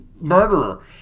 Murderer